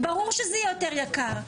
ברור שזה יהיה יותר יקר.